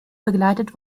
begleitet